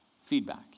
Feedback